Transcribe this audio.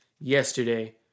yesterday